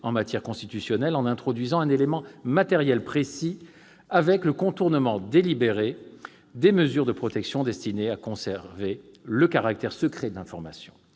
en matière constitutionnelle : nous avions introduit un élément matériel précis, à savoir le contournement délibéré des mesures de protection destinées à conserver le caractère secret de l'information.